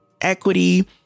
equity